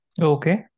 okay